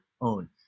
own